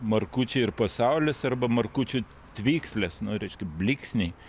markučiai ir pasaulis arba markučių tvykslės nu reiškia blyksniai